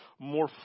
more